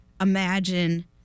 imagine